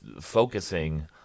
focusing